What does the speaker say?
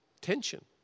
tension